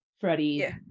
Freddie